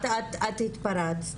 שנייה, את התפרצת.